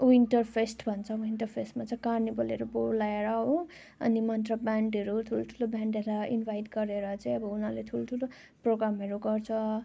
winter fest भन्छ winter फेस्टमा चाहिँ कार्निभलहरू बोलाएर हो अनि मन्त्र ब्यान्डहरू ठुल्ठुलो ब्यान्डहरूलाई इनभाइट गरेर चाहिँ अब उनीहरूले ठुल्ठुलो प्रोग्रामहरू गर्छ